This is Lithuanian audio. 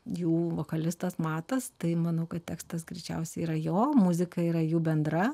jų vokalistas matas tai manau kad tekstas greičiausiai yra jo muzika yra jų bendra